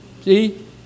see